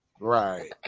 Right